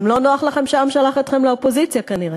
גם לא נוח לכם שהעם שלח אתכם לאופוזיציה, כנראה.